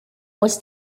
was